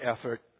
effort